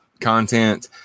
content